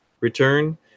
return